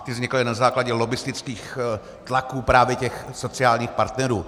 Ty vznikaly na základě lobbistických tlaků právě těch sociálních partnerů.